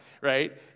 right